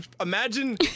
imagine